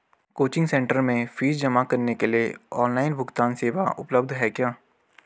Coaching centre में fees जमा करने के लिए ऑनलाइन भुगतान सेवा उपलब्ध है क्या?